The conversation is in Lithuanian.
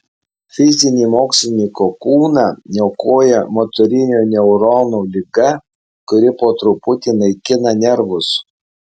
fizinį mokslininko kūną niokoja motorinių neuronų liga kuri po truputį naikina nervus